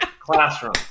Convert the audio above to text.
classroom